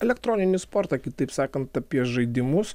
elektroninį sportą kitaip sakant apie žaidimus